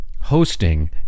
hosting